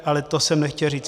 Ale to jsem nechtěl říct.